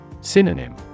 Synonym